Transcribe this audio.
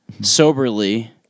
soberly